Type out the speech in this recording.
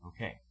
Okay